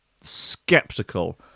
skeptical